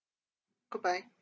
good bye